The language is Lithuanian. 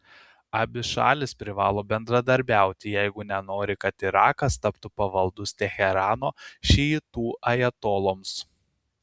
abi šalys privalo bendradarbiauti jeigu nenori kad irakas taptų pavaldus teherano šiitų ajatoloms